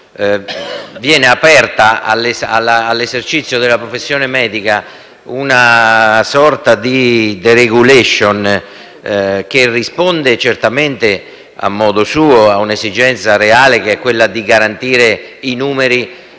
Viene aperta all'esercizio della professione medica una sorta di *deregulation* che risponde certamente, a modo suo, a l'esigenza reale di garantire i numeri